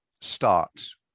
starts